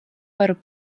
varu